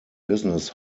business